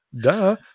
Duh